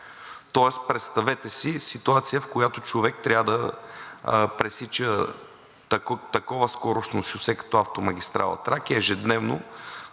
Тоест, представете си ситуация, в която човек трябва да пресича такова скоростно шосе като автомагистрала „Тракия“, ежедневно,